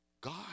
God